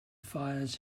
fires